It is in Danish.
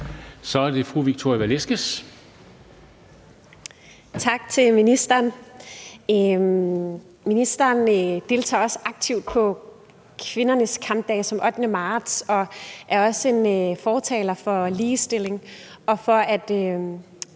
Kl. 14:20 Victoria Velasquez (EL): Tak til ministeren. Ministeren deltager aktivt i kvindernes kampdag den 8. marts og er også fortaler for ligestilling og for, at